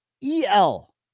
e-l